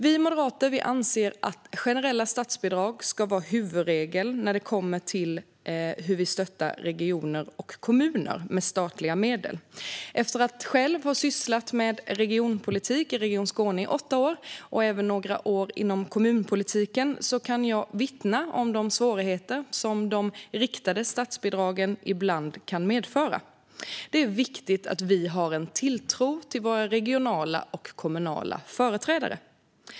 Vi moderater anser att generella statsbidrag ska vara huvudregel när vi stöttar regioner och kommuner med statliga medel. Efter att själv ha sysslat med regionpolitik i Region Skåne i åtta år och även i några år med kommunpolitiken kan jag vittna om de svårigheter som de riktade statsbidragen ibland kan medföra. Det är viktigt vi har en tilltro till våra regionala och kommunala företrädare.